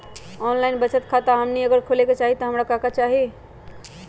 Online बचत खाता हमनी अगर खोले के चाहि त हमरा का का चाहि?